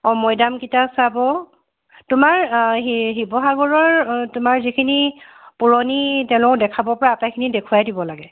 অ মৈদামকেইটা চাব তোমাৰ শি শিৱসাগৰৰ তোমাৰ যিখিনি পুৰণি তেওঁলোকক দেখুৱাব পৰা আটাইখিনি দেখুৱাই দিব লাগে